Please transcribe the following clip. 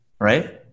right